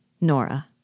Nora